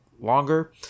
longer